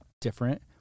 different